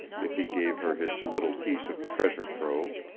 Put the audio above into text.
if he gave her his little piece of treasure-trove,